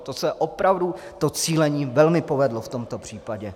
To se opravdu to cílení velmi povedlo v tomto případě.